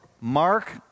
Mark